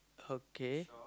okay